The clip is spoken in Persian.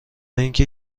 اینکه